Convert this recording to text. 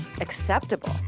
acceptable